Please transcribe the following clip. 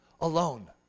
Alone